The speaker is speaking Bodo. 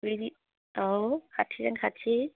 बिदि औ खाथिजों खाथि